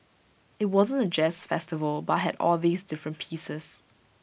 IT wasn't A jazz festival but had all these different pieces